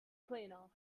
cleaner